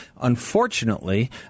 Unfortunately